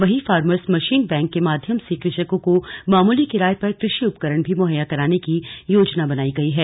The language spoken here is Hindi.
वहीं फार्मर्स मशीन बैंक के माध्यम से कृषकों को मामूली किराए पर क्रषि उपकरण भी मुहैया कराने की योजना बनाई गई है